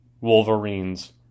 Wolverines